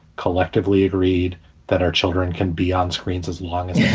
collectively agreed that our children can be on screens as long as